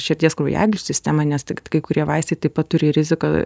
širdies kraujagyslių sistemą nes tik kai kurie vaistai taip pat turi riziką